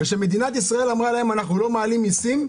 כשמדינת ישראל אמרה להם "אנחנו לא מעלים מיסים",